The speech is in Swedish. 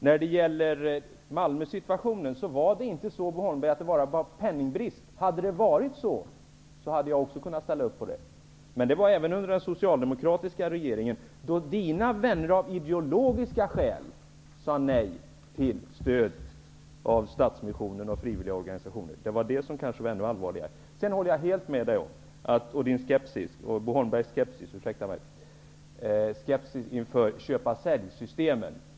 När det gäller situationen i Malmö, Bo Holmberg, var det inte penningbrist som var orsak till den. Om det hade varit så, hade jag också kunnat ställa upp på detta. Men den fanns även under den socialdemokratiska regeringen då Bo Holmbergs vänner sade nej till stöd av Stadsmissionen och frivilliga organisationer av ideologiska skäl. Det var kanske ännu allvarligare. Sedan håller jag med Bo Holmberg när han är skeptisk inför köp-sälj-systemen.